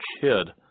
kid